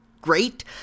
great